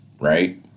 right